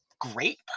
great